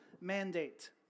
mandate